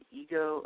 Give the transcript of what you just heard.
ego